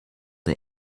the